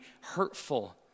hurtful